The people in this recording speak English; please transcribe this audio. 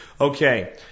okay